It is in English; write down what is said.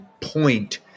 point